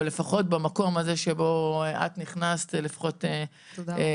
אבל לפחות במקום הזה שבו נכנסת יש הישגים,